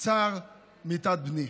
צער מיתת בני.